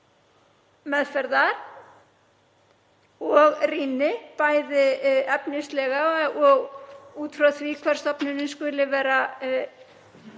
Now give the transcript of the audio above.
meðferðar og rýni, bæði efnislega og út frá því hvar stofnunin skuli vera